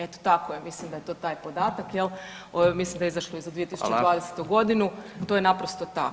Eto tako je, mislim da je to taj podatak jel, mislim da je izašlo i za 2020. godinu [[Upadica: Hvala.]] to je naprosto tako.